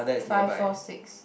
five four six